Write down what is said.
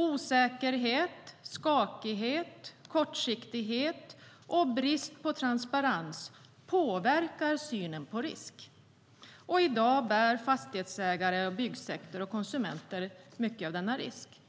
Osäkerhet, skakighet, kortsiktighet och brist på transparens påverkar synen på risk.I dag bär fastighetsägare, byggsektorn och konsumenter mycket av denna risk.